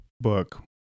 book